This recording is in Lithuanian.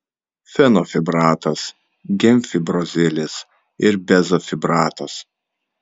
fenofibratas gemfibrozilis ir bezafibratas